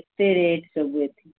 ଏତେ ରେଟ୍ ସବୁ ଏଠି